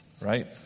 right